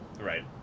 Right